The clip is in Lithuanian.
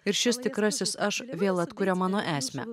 ir šis tikrasis aš vėl atkuria mano esmę